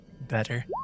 better